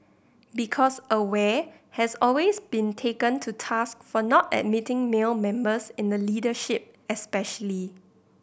because Aware has always been taken to task for not admitting male members in the leadership especially